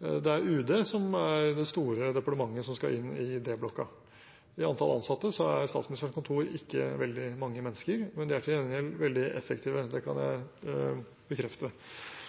Det er UD som er det store departementet som skal inn i D-blokka. I antall ansatte er Statsministerens kontor ikke veldig mange mennesker, men de er til gjengjeld veldig effektive. Det kan jeg bekrefte.